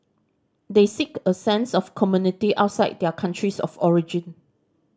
they seek a sense of community outside their countries of origin